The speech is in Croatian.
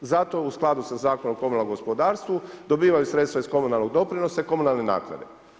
Zato u skladu sa Zakonom o komunalnom gospodarstvu dobivaju sredstva iz komunalnog doprinosa i komunalne naknade.